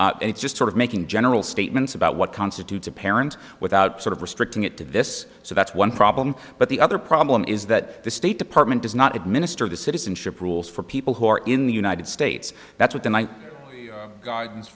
and it's just sort of making general statements about what constitutes a parent without sort of restricting it to this so that's one problem but the other problem is that the state department does not administer the citizenship rules for people who are in the united states that's what the night